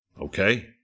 Okay